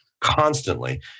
Constantly